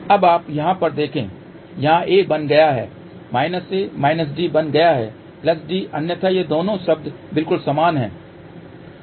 अब आप यहाँ पर देखें यहाँ A बन गया है A D बन गया है D अन्यथा ये दोनों शब्द बिल्कुल समान हैं